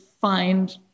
find